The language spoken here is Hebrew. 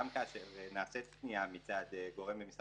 גם כשנעשית פנייה מצד גורם במשרד